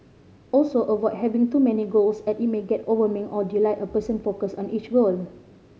also avoid having too many goals as it may get overwhelming or dilute a person focus on each goal